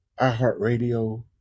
iHeartRadio